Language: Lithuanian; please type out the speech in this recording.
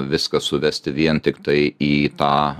viską suvesti vien tiktai į tą